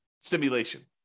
simulation